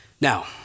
Now